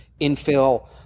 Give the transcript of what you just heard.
Infill